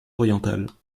orientales